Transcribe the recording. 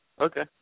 Okay